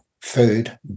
food